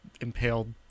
impaled